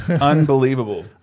Unbelievable